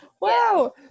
Wow